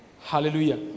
Hallelujah